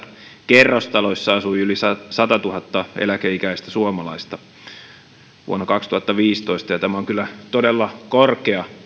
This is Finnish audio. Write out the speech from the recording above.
kerrostaloissa asui yli satatuhatta eläkeikäistä suomalaista vuonna kaksituhattaviisitoista ja tämä on kyllä todella korkea